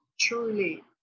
truly